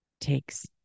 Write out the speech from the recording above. takes